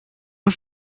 粮食